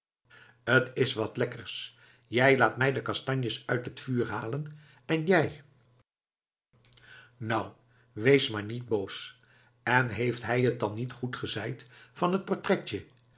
t is wat lekkers je laat mij de kastanjes uit het vuur halen en jij nou wees maar niet boos en heeft hij t dan niet goed gezeid van t portretje